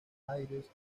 aires